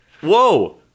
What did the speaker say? Whoa